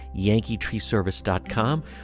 yankeetreeservice.com